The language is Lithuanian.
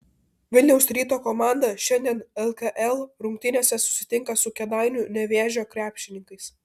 vilniaus ryto komanda šiandien lkl rungtynėse susitinka su kėdainių nevėžio krepšininkais